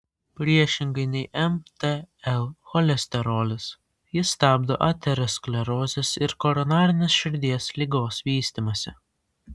priešingai nei mtl cholesterolis jis stabdo aterosklerozės ir koronarinės širdies ligos vystymąsi